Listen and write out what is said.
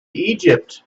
egypt